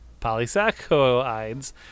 polysaccharides